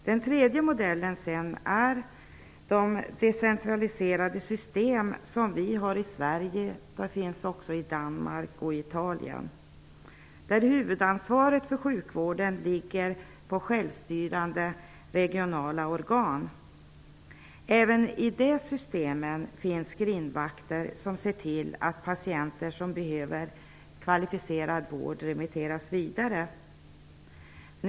Den tredje modellen är det decentraliserade system som vi har i Sverige och som finns också i Danmark och Italien, där huvudansvaret för sjukvården ligger på självstyrande regionala organ. Även i dessa system finns grindvakter som ser till att patienter som behöver kvalificerad vård remitteras vidare.